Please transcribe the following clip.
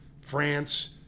France